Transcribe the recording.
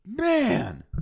man